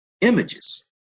images